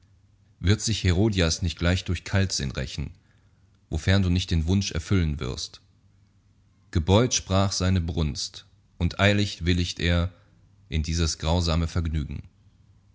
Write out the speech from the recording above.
wird sich herodias nicht gleich durch kaltsinn rächen wofern du nicht den wunsch erfüllen wirst gebeut sprach seine brunst und eilig willigt er in dieses grausame vergnügen